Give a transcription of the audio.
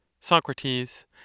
Socrates